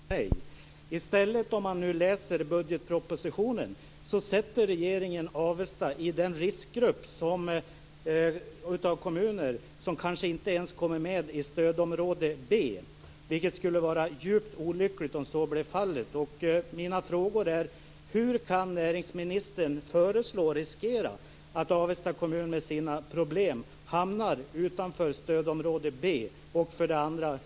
Herr talman! Jag har en fråga till näringsministern då det gäller de nationella stödområdena för företagsstöd. Min födelseort Avesta i södra Dalarna har under en lång tid genomgått omfattande strukturomvandling. Ett ensidigt näringsliv, beroendet av Avesta Sheffield, gör att kommunen är sårbar. Kommunledningen har tidigare uppvaktat för att få uppflyttning i högre stödområde men fått nej. I stället sätter regeringen i budgetpropositionen Avesta i den riskgrupp av kommuner som kanske inte ens kommer med i stödområde B, vilket skulle vara djupt olyckligt om så blev fallet. Mina frågor är: Hur kan näringsministern föreslå och riskera att Avesta kommun med sina problem hamnar utanför stödområde B?